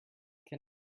can